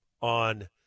on